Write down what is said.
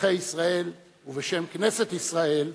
אזרחי ישראל ובשם כנסת ישראל,